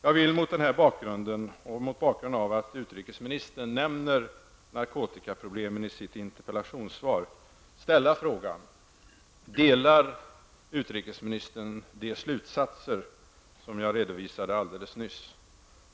Jag vill mot denna bakgrund, och mot bakgrund av att utrikesministern nämner narkotikaproblemen i sitt interpellationssvar, ställa frågan: Delar utrikesministern de slutsatser som jag redovisade alldeles nyss?